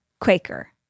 Quaker